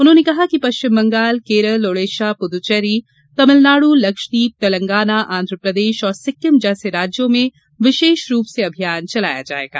उन्होंने कहा कि पश्चिम बंगाल केरल ओडिशा पुदुच्चेरी तलिनाडु लक्षदीप तेलंगाना आंध्रप्रदेश और सिक्किम जैसे राज्यों में विशेष रूप से अभियान चलाया जायेगा